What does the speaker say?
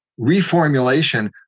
reformulation